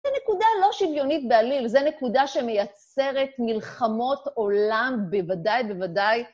זה נקודה לא שוויונית בעליל, זה נקודה שמייצרת מלחמות עולם בוודאי, בוודאי.